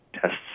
tests